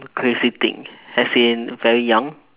crazy thing as in very young